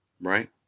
right